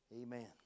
Amen